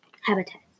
Habitat